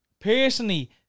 Personally